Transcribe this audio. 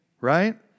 right